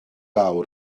awr